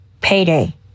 Payday